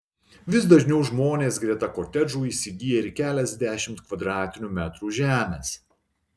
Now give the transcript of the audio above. vis dažniau žmonės greta kotedžų įsigyja ir keliasdešimt kvadratinių metrų žemės